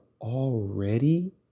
already